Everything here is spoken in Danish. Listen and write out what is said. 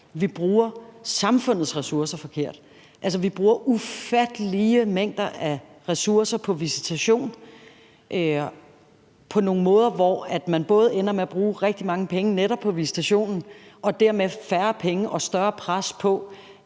vi bruger samfundets ressourcer forkert. Vi bruger ufattelige mængder af ressourcer på visitation, og man ender med at bruge rigtig mange penge netop på visitationen og dermed færre penge på borgeren. Så